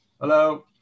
Hello